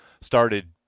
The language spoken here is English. started